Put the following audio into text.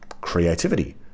Creativity